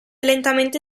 lentamente